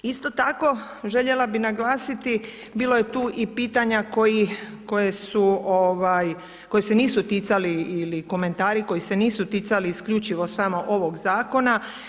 Isto tako, željena bi naglasiti bilo je tu i pitanja koji se nisu ticali ili komentari koji se nisu ticali isključivo samo ovog zakona.